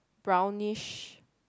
brownish